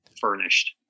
furnished